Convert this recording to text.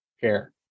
care